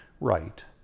right